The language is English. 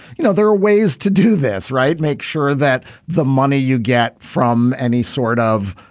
you know there are ways to do this right. make sure that the money you get from any sort of